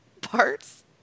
parts